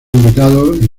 invitados